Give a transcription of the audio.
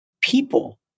people